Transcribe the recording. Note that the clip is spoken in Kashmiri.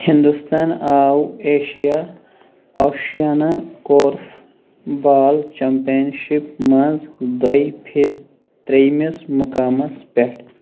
ہنٛدوستان آو Asia Oceania korfball championship منٛز دۄیہِ پھِرِ ترٛیٚیمِس مُقامس پٮ۪ٹھ